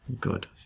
Good